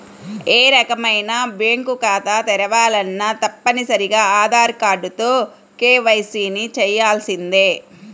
ఏ రకమైన బ్యేంకు ఖాతా తెరవాలన్నా తప్పనిసరిగా ఆధార్ కార్డుతో కేవైసీని చెయ్యించాల్సిందే